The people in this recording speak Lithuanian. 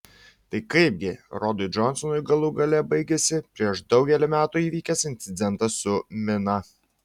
tai kaipgi rodui džonsui galų gale baigėsi prieš daugelį metų įvykęs incidentas su mina